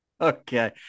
Okay